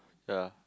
ya